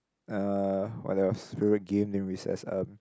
uh what else favourite game during recess um